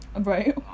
right